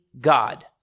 God